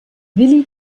willi